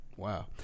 Wow